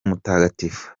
mutagatifu